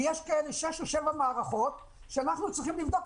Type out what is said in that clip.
ויש שש או שבע מערכות כאלה שאנחנו צריכים לבדוק,